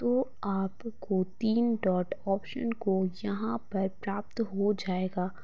तो आपको तीन डॉट ऑप्शन को यहाँ पर प्राप्त हो जाएगा